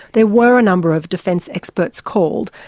there were a number of defence experts called,